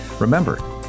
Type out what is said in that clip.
Remember